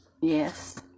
Yes